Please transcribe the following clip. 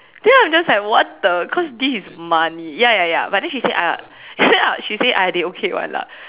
then I'm just like what the cause this is money ya ya ya but then she say !aiya! end up she say !aiya! they okay [one] lah